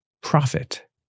profit